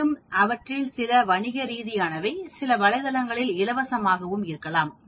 மேலும் அவற்றில் சில வணிகரீதியானவைசில வலைத்தளத்திலும் இலவசமாகவும் இருக்கலாம்